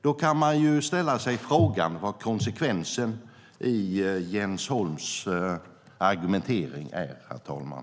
Då kan man ställa sig frågan vad konsekvensen i Jens Holms argumentering är, herr talman.